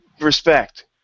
respect